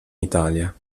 italia